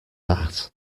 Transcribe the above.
that